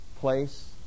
place